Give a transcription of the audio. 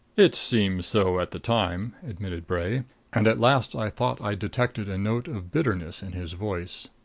it seemed so at the time, admitted bray and at last i thought i detected a note of bitterness in his voice.